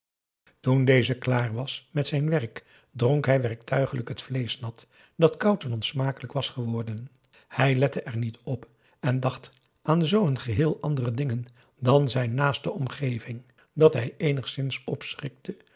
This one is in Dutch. toen deze klaar was met zijn werk dronk hij werktuiglijk het vleeschnat dat koud en onsmakelijk was geworden hij lette er niet op en dacht aan zoo geheel andere dingen dan zijn naaste omgeving dat hij